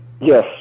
Yes